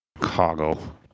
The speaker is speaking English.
Chicago